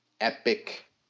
epic